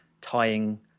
tying